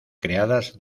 creadas